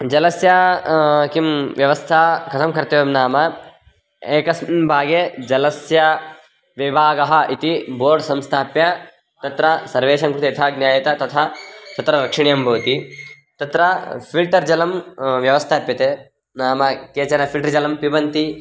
जलस्य किं व्यवस्था कथं कर्तव्यं नाम एकस्मिन् भागे जलस्य विभागः इति बोर्ड् संस्थाप्य तत्र सर्वेषां कृते यथा ज्ञायते तथा तत्र रक्षणीयं भवति तत्र फ़िल्टर् जलं व्यवस्थाप्यते नाम केचन फ़िल्टर् जलं पिबन्ति